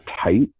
tight